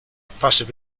passive